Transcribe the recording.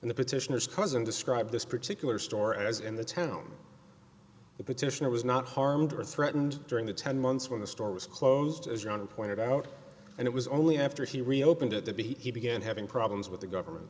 in the petitioners cousin describe this particular store as in the town the petitioner was not harmed or threatened during the ten months when the store was closed as john pointed out and it was only after he reopened that the be he began having problems with the government